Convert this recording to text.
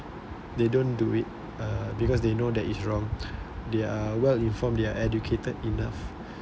they don't do it uh uh because they know that it's wrong they are well informed they're educated enough